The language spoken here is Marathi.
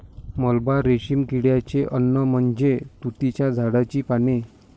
मलबा रेशीम किड्याचे अन्न म्हणजे तुतीच्या झाडाची पाने